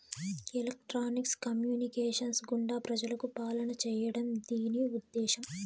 electronics communications గుండా ప్రజలకు పాలన చేయడం దీని ఉద్దేశం